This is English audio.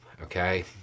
Okay